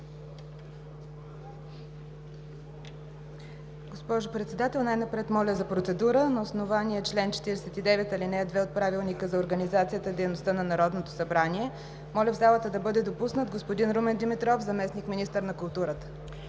Госпожо Председател, най напред моля за процедура. На основание чл. 49, ал. 2 от Правилника за организацията и дейността на Народното събрание моля в залата да бъде допуснат господин Румен Димитров – заместник-министър на културата.